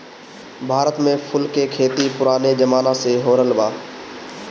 भारत में फूल के खेती पुराने जमाना से होरहल बा